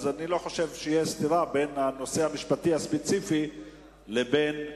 אני לא חושב שיש סתירה בין הנושא המשפטי הספציפי לבין הדיון.